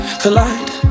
collide